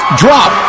drop